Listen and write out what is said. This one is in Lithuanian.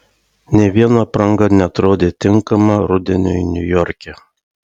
nė vieno apranga neatrodė tinkama rudeniui niujorke